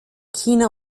china